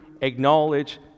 acknowledge